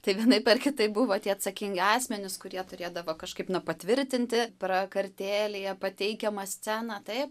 tai vienaip ar kitaip buvo tie atsakingi asmenys kurie turėdavo kažkaip na patvirtinti prakartėlėje pateikiamą sceną taip